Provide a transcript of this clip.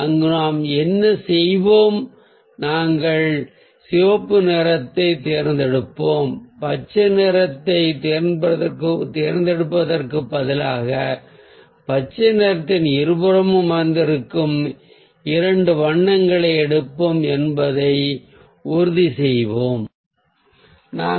அங்கு நாம் என்ன செய்வோம் நாங்கள் சிவப்பு நிறத்தைத் தேர்ந்தெடுப்போம் பச்சை நிறத்தைத் தேர்ந்தெடுப்பதற்குப் பதிலாக பச்சை நிறத்தின் இருபுறமும் அமர்ந்திருக்கும் இரண்டு வண்ணங்களை எடுப்போம் என்பதை உறுதி செய்வோம்